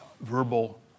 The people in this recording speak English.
verbal